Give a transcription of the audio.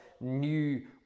new